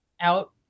out